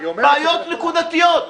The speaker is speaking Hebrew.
לבעיות נקודתיות.